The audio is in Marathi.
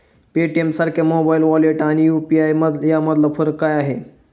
पेटीएमसारख्या मोबाइल वॉलेट आणि यु.पी.आय यामधला फरक काय आहे?